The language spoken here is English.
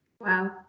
Wow